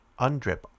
UNDRIP